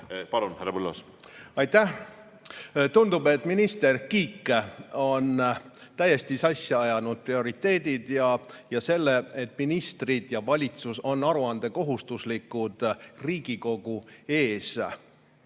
Palun, härra Põlluaas! Aitäh! Tundub, et minister Kiik on täiesti sassi ajanud prioriteedid ja selle, et ministrid ja valitsus on aruandekohustuslikud Riigikogu ees.